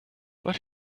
but